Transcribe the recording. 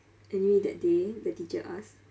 anyway that day the teacher ask